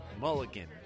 Mulligan